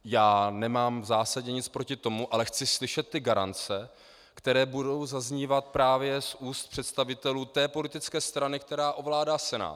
Já nemám v zásadě nic proti tomu, ale chci slyšet garance, které budou zaznívat právě z úst představitelů té politické strany, která ovládá Senát.